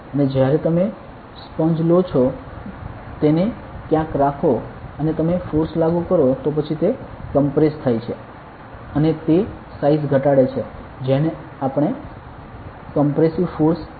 અને જ્યારે તમે સ્પોન્જ લો છો તેને ક્યાંક રાખો અને તમે ફોર્સ લાગુ કરો તો પછી તે કમ્પ્રસ થાય છે અને તે સાઈઝ ઘટાડે છે જેને આને કોમ્પ્રેસિવ ફોર્સ કહેવામાં આવે છે